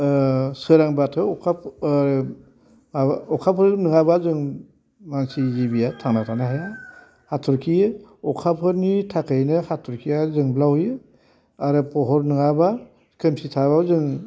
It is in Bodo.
सोरां बाथौ अखाफोर नङाबा जों मानसि जिबिया थांना थानो हाया हाथरखि अखाफोरनि थाखायनो हाथरखिया जोंब्लावो आरो फहर नङाबा खोमसि थाबा जों